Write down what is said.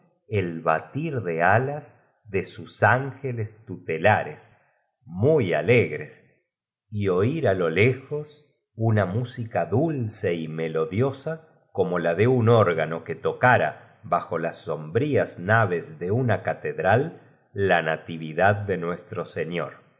el batir de alas do sus ángeles tutelares muy alegres y oirá lo rre sin dejar huella s muy desagradables lejos una música dulce y melod iosn como en su cara de modo que ya no m puede la de un órgano que tocara bajo las sombdas n wes de una catedral la natividad de nuesta o señor